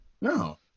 No